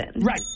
Right